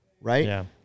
right